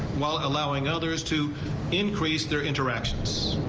while allowing others to increase their interactions.